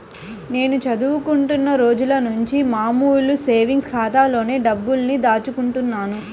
నేను చదువుకుంటున్న రోజులనుంచి మామూలు సేవింగ్స్ ఖాతాలోనే డబ్బుల్ని దాచుకుంటున్నాను